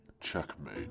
Checkmate